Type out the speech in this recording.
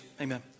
Amen